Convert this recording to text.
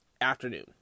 afternoon